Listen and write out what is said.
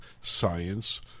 science